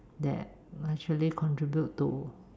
that actually contribute to